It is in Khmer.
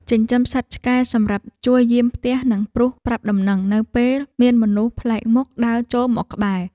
ចិញ្ចឹមសត្វឆ្កែសម្រាប់ជួយយាមផ្ទះនិងព្រុសប្រាប់ដំណឹងនៅពេលមានមនុស្សប្លែកមុខដើរចូលមកក្បែរ។